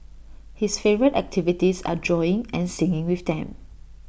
his favourite activities are drawing and singing with them